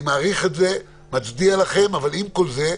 אני מעריך את זה, מצדיע לכם, אבל עם כל זה,